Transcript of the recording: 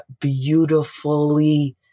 beautifully